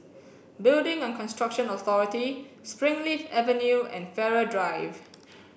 building and Construction Authority Springleaf Avenue and Farrer Drive